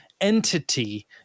entity